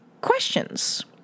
questions